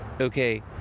okay